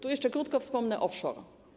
Tu jeszcze krótko wspomnę o offshore.